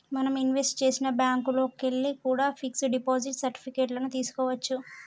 మనం ఇన్వెస్ట్ చేసిన బ్యేంకుల్లోకెల్లి కూడా పిక్స్ డిపాజిట్ సర్టిఫికెట్ లను తీస్కోవచ్చు